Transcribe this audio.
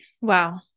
Wow